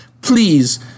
please